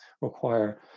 require